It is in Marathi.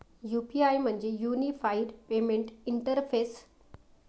यू.पी.आय म्हणजे युनिफाइड पेमेंट इंटरफेस